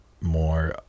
more